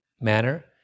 manner